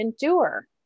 endure